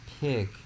pick